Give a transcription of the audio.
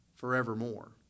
Forevermore